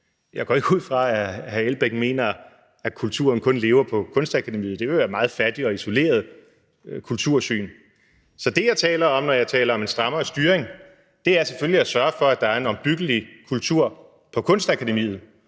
jeg går ikke ud fra, at hr. Uffe Elbæk mener, at kulturen kun lever på kunstakademiet – det ville være et meget fattigt og isoleret kultursyn. Så det, jeg taler om, når jeg taler om en strammere styring, er selvfølgelig at sørge for, at der er en opbyggelig kultur på Kunstakademiet.